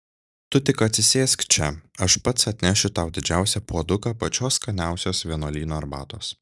tu tik atsisėsk čia aš pats atnešiu tau didžiausią puoduką pačios skaniausios vienuolyno arbatos